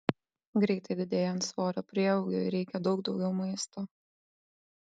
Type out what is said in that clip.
greitai didėjant svorio prieaugiui reikia daug daugiau maisto